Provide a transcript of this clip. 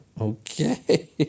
Okay